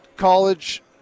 College